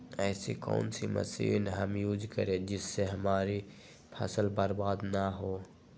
ऐसी कौन सी मशीन हम यूज करें जिससे हमारी फसल बर्बाद ना हो?